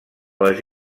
les